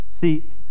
See